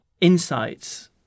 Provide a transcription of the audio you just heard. insights